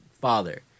father